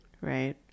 right